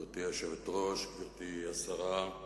גברתי היושבת-ראש, גברתי השרה,